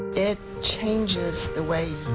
it changes the way